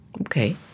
Okay